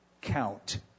count